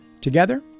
Together